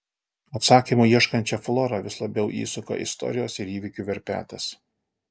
atsakymų ieškančią florą vis labiau įsuka istorijos ir įvykių verpetas